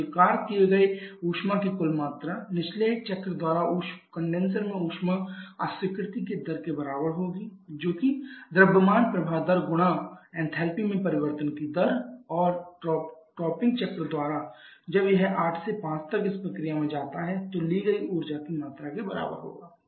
अस्वीकार किए गए ऊष्मा की कुल मात्रा निचले चक्र द्वारा कंडेनसर में ऊष्मा अस्वीकृति की दर के बराबर होगी जो कि द्रव्यमान प्रवाह दर गुना एंथैल्पी में परिवर्तन की दर और टॉपिंग चक्र द्वारा जब यह 8 से 5 तक इस प्रक्रिया में जाता है तो ली गई ऊर्जा की मात्रा के बराबर होगी